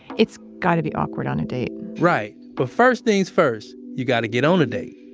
it's gotta be awkward on a date right. but first thing's first you gotta get on a date.